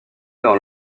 dans